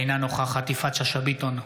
אינה נוכחת יפעת שאשא ביטון,